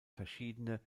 verschiedene